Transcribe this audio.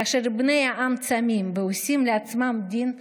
כאשר בני העם צמים ועושים לעצמם דין וחשבון,